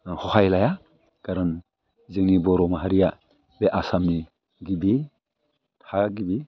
हहाय लाया खारन जोंनि बर' माहारिया बे आसामनि गिबि थागिबि